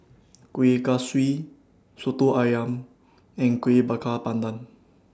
Kueh Kaswi Soto Ayam and Kueh Bakar Pandan